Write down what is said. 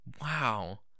Wow